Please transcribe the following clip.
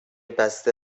بسته